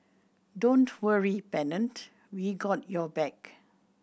don't worry Pennant we got your back